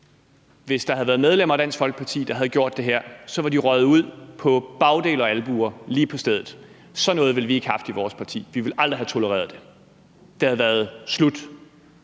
Hvis der havde været medlemmer af Dansk Folkeparti, der havde gjort det her, var de røget ud på bagdel og albuer og lige på stedet. Sådan noget ville vi ikke have haft i vores parti. Vi ville aldrig have tolereret det. Det havde været slut.